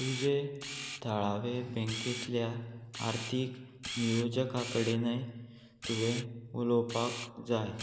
तुजे थळावे बँकेतल्या आर्थीक नियोजका कडेनय तुवें उलोवपाक जाय